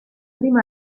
primo